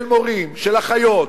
של מורים, של אחיות,